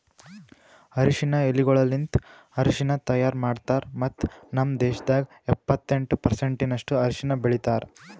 ಅರಶಿನ ಎಲಿಗೊಳಲಿಂತ್ ಅರಶಿನ ತೈಯಾರ್ ಮಾಡ್ತಾರ್ ಮತ್ತ ನಮ್ ದೇಶದಾಗ್ ಎಪ್ಪತ್ತೆಂಟು ಪರ್ಸೆಂಟಿನಷ್ಟು ಅರಶಿನ ಬೆಳಿತಾರ್